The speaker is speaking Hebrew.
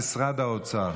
כתוב לי סגן שר במשרד האוצר.